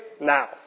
now